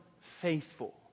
faithful